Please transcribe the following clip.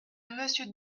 monsieur